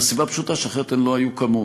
מהסיבה הפשוטה שאחרת הן לא היו קמות.